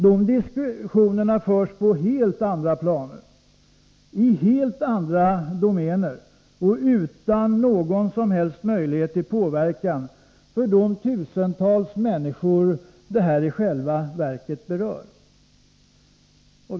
De diskussionerna förs på helt andra plan, i helt andra domäner, och utan någon som helst möjlighet till påverkan för de tusentals människor som besluten i själva verket berör.